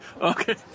Okay